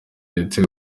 ndetse